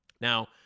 Now